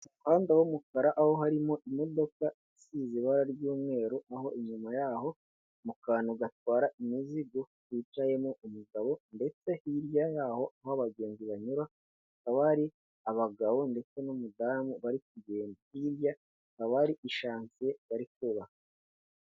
Umuhanda w'umukara, aho harimo imodoka isize ibara ry'umweru, aho inyuma yaho mu kantu gatwara imizigo, hicayemo umugabo, ndetse hirya y'aho, aho abagenzi banyura, hakaba hari abagabo ndetse n'umudamu bari kugenda, hirya hakaba hari ishansiye, bari kubaka.